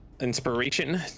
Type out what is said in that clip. inspiration